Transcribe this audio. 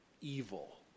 evil